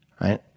right